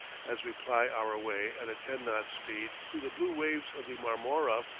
as we ply our way at a ten-knot speed through the blue waves of the marmora,